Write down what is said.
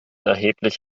erheblich